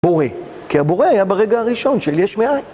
בורא, כי הבורא היה ברגע הראשון של יש מאין